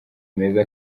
meza